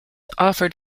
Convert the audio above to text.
offered